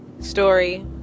story